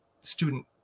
student